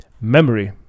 memory